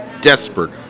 desperate